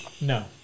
No